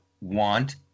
want